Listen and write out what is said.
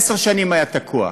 עשר שנים היה תקוע.